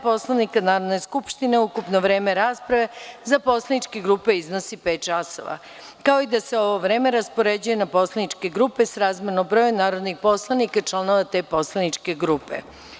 Poslovnika Narodne skupštine, ukupno vreme rasprave za poslaničke grupe iznosi pet časova, kao i da se ovo vreme raspoređuje na poslaničke grupe srazmerno broju narodnih poslanika, članova od te poslaničke grupe.